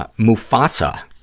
ah mufasa